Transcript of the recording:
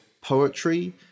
poetry